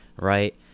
right